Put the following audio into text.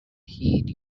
heed